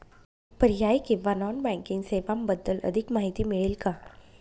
पर्यायी किंवा non banking सेवांबद्दल अधिक माहिती मिळेल का?